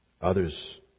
Others